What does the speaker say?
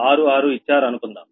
66 ఇచ్చారు అనుకుందాం